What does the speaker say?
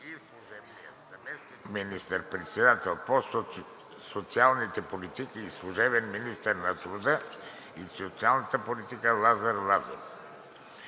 и служебният заместник министър-председател по социалните политики и служебен министър на труда и социалната политика Лазар Лазаров.